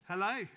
Hello